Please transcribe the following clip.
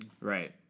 Right